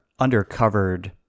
undercovered